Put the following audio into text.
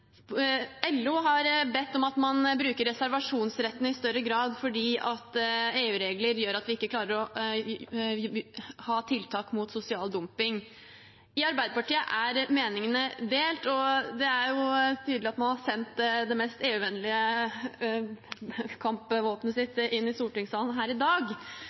LO har bedt om at man bruker reservasjonsretten i større grad fordi EU-regler gjør at vi ikke klarer å ha tiltak mot sosial dumping. I Arbeiderpartiet er meningene delte, og det er tydelig at man har sendt det mest EU-vennlige kampvåpenet sitt inn i stortingssalen her i dag.